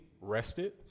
rested